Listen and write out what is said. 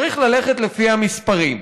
צריך ללכת לפי המספרים.